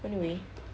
anyway